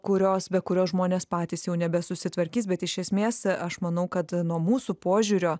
kurios be kurio žmonės patys jau nebesusitvarkys bet iš esmės aš manau kad nuo mūsų požiūrio